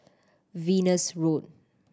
Venus Road